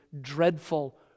dreadful